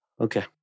Okay